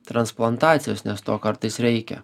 transplantacijos nes to kartais reikia